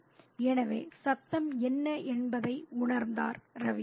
" எனவே சத்தம் என்ன என்பதை உணர்ந்தவர் ரவி